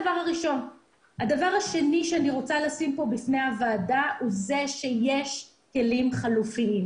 דבר שני שאני רוצה לשים בפני הוועדה הוא את זה שיש כלים חלופיים.